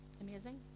amazing